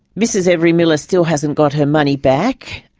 mrs every-miller still hasn't got her money back.